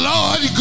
Lord